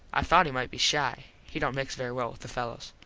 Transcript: i thought he might be shy. he dont mix very well with the fellos.